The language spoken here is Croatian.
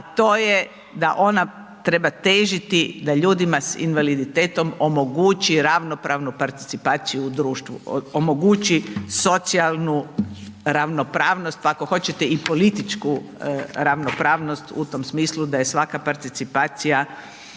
a to je da ona treba težiti da ljudima s invaliditetom omogući ravnopravno participaciju u društvu, omogući socijalnu ravnopravnost, ako hoćete i političku ravnopravnost, u tom smislu, da je svaka participacija